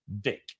dick